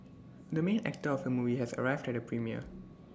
the main actor of the movie has arrived at the premiere